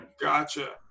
gotcha